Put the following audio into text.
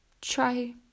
try